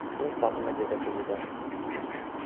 বেশ আপনার যেটা সুবিধা হয় সমস্যা নেই